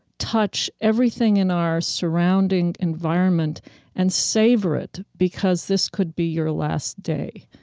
touch everything in our surrounding environment and savor it because this could be your last day.